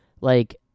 like-